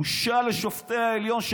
בושה לשופטי העליון,